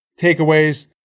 Takeaways